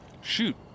Shoot